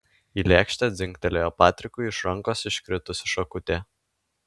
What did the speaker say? į lėkštę dzingtelėjo patrikui iš rankos iškritusi šakutė